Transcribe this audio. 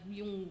yung